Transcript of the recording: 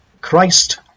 Christ